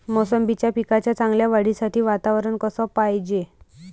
मोसंबीच्या पिकाच्या चांगल्या वाढीसाठी वातावरन कस पायजे?